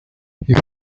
you